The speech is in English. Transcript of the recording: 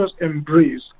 embrace